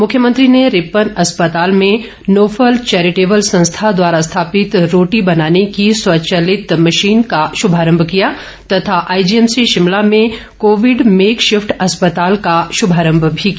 मुख्यमंत्री ने रिपन अस्पताल में नोफल चेरिटेबल संस्था द्वारा दी गई रोटी बनाने की स्वचलित मशीन का शुभारम्म किया तथा आईजीएमसी शिमला में कोविड भैकशिफ्ट अस्पताल का शुभारम्म भी किया